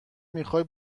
میخوای